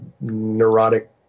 neurotic